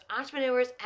entrepreneurs